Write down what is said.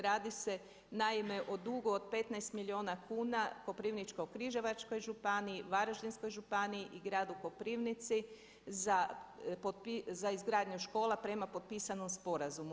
Radi se naime o dugu od 15 milijuna kuna Koprivničko-križevačkoj županiji, Varaždinskoj županiji i Gradu Koprivnici za izgradnju škola prema potpisanom sporazumu.